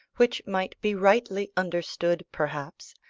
which might be rightly understood, perhaps,